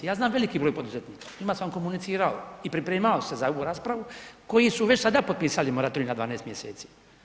Ja znam veliki broj poduzetnika, s njima sam komunicirao i pripremao se za ovu raspravu, koji su već sada potpisali moratorij na 12 mjeseci.